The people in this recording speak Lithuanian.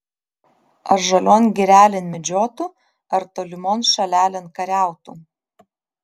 ar žalion girelėn medžiotų ar tolimon šalelėn kariautų